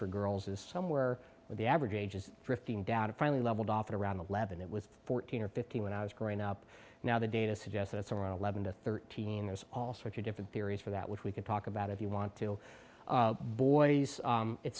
for girls is somewhere with the average age is fifteen down to finally leveled off at around eleven it was fourteen or fifteen when i was growing up now the data suggests it's around eleven to thirteen there's all sorts of different theories for that which we can talk about if you want to